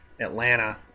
Atlanta